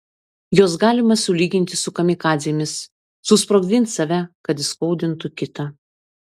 juos galima sulyginti su kamikadzėmis susprogdins save kad įskaudintų kitą